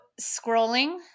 scrolling